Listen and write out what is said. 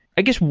i guess,